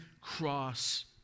cross